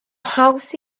haws